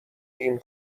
این